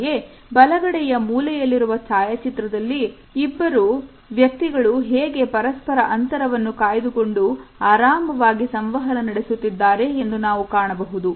ಹಾಗೆಯೇ ಬಲಗಡೆಯ ಮೂಲೆಯಲ್ಲಿರುವ ಛಾಯಾಚಿತ್ರದಲ್ಲಿ ಇಬ್ಬರು ವ್ಯಕ್ತಿಗಳು ಹೇಗೆ ಪರಸ್ಪರ ಅಂತರವನ್ನು ಕಾಯ್ದುಕೊಂಡು ಆರಾಮವಾಗಿ ಸಂವಹನ ನಡೆಸುತ್ತಿದ್ದಾರೆ ಎಂದು ನಾವು ಕಾಣಬಹುದು